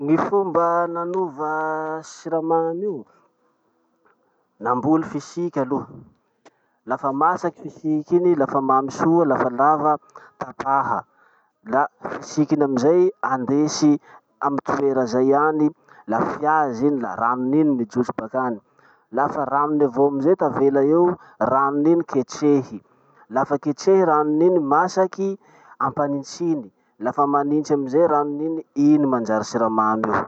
Gny fomba nanova siramamy io. Namboly fisiky aloha, lafa masaky fisiky iny, lafa mamy soa, lafa lava, tapaha. La fisiky iny amizay andesy amy toera zay any, la fiazy iny la ranony iny mijotso bakany. Lafa ranony avao amizay tavela eo, ranony iny ketrehy. Lafa ketrehy ranony iny, masaky, ampanitsiny. Lafa manitsy amizay ranony iny, iny manjary siramamy io.